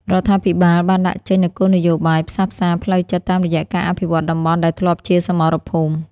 រដ្ឋាភិបាលបានដាក់ចេញនូវគោលនយោបាយផ្សះផ្សាផ្លូវចិត្តតាមរយៈការអភិវឌ្ឍតំបន់ដែលធ្លាប់ជាសមរភូមិ។